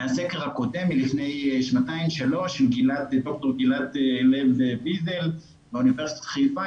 מהסקר הקודם מלפני שנתיים-שלוש של ד"ר לב ויזל מאוניברסיטת חיפה,